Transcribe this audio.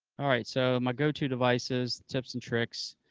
alright, so my go-to devices, tips and tricks.